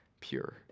pure